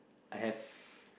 I have